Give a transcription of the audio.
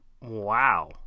Wow